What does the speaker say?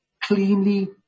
cleanly